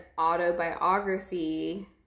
autobiography